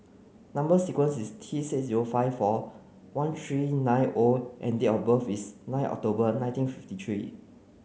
number sequence is T six zero five four one three nine O and date of birth is nine October nineteen fifty three